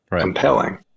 compelling